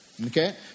Okay